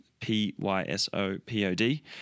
p-y-s-o-p-o-d